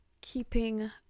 keeping